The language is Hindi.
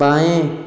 बाएँ